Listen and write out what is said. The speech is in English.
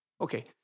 okay